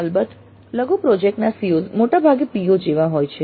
અલબત્ત લઘુ પ્રોજેક્ટ ના COs મોટાભાગે PO જેવા હોય છે